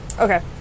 okay